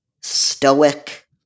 stoic